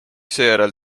seejärel